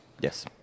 Yes